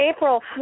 April